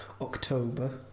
October